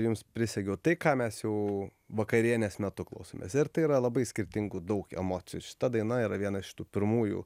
jums prisegiau tai ką mes jau vakarienės metu klausomės ir tai yra labai skirtingų daug emocijų šita daina yra viena iš tų pirmųjų